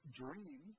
dream